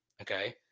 Okay